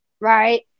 right